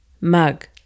mug